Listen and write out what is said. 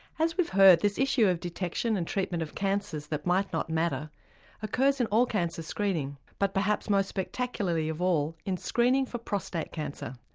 as we've heard, this issue of detection and treatment of cancers that might not matter occurs in all cancer screening. but perhaps most spectacularly of all in screening for prostate cancer.